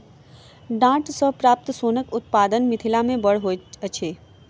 डांट सॅ प्राप्त सोनक उत्पादन मिथिला मे बड़ होइत अछि